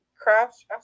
Crafts